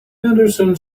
henderson